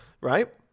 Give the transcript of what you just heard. right